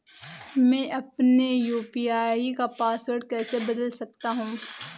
मैं अपने यू.पी.आई का पासवर्ड कैसे बदल सकता हूँ?